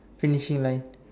finishing line